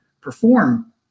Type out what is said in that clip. perform